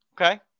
Okay